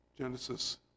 Genesis